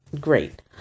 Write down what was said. great